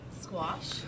Squash